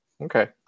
Okay